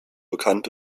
bekannt